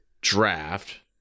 draft